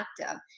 active